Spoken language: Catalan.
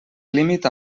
límit